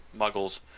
muggles